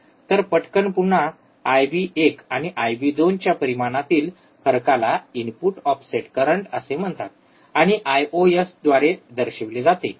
तर पटकन पुन्हा आयबी१ आणि आयबी२ च्या परिमाणातील फरकाला इनपुट ऑफसेट करंट असे म्हणतात आणि आयओएसद्वारे दर्शविले जाते